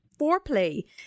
foreplay